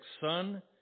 Son